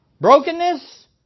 Brokenness